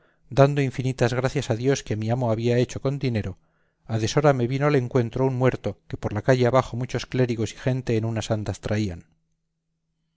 dando infinitas gracias a dios que a mi amo había hecho con dinero a deshora me vino al encuentro un muerto que por la calle abajo muchos clérigos y gente en unas andas traían